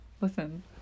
Listen